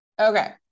okay